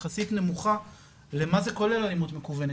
יחסית נמוכה למה זה כולל אלימות מקוונת,